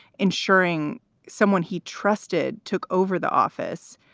ensuring someone he trusted took over the office.